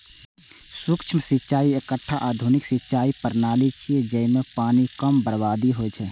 सूक्ष्म सिंचाइ एकटा आधुनिक सिंचाइ प्रणाली छियै, जइमे पानिक कम बर्बादी होइ छै